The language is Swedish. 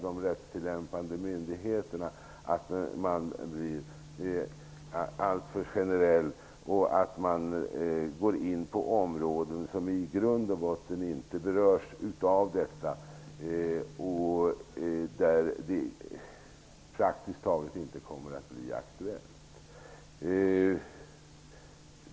De rättstillämpande myndigheterna kommer att påverkas av att man blir alltför generell och går in på områden som i grund och botten inte berörs av detta och där det praktiskt taget inte kommer att bli aktuellt.